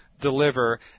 deliver